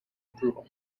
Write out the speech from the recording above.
approval